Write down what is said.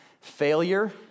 failure